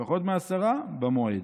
בפחות מעשרה במועד.